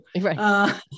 Right